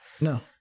no